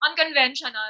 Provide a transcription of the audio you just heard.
unconventional